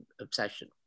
obsession